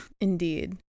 Indeed